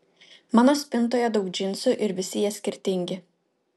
mano spintoje daug džinsų ir visi jie skirtingi